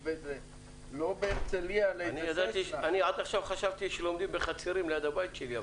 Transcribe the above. עד עכשיו חשבתי שלומדים בחצרים ליד הבית שלי.